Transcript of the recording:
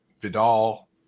Vidal